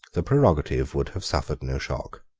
the prerogative would have suffered no shock.